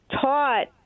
taught